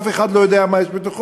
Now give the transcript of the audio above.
שאף אחד לא יודע מה יש בתוכו,